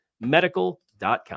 medical.com